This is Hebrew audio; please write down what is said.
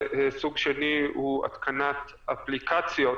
וסוג שני הוא התקנת אפליקציות